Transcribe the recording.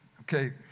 Okay